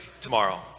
tomorrow